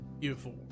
beautiful